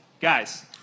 Guys